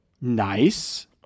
Nice